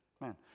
man